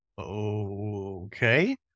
okay